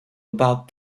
about